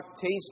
taste